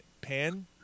Pan